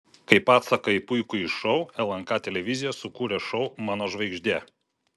kaip atsaką į puikųjį šou lnk televizija sukūrė šou mano žvaigždė